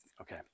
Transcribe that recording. okay